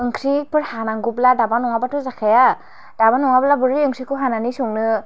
ओंख्रिफोर हानांगौब्ला दाबा नङाब्लाथ' जाखाया दाबा नङाब्ला बोरै ओंख्रिखौ हानानै संनो